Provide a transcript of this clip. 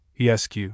ESQ